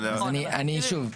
שוב,